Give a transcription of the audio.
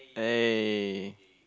eh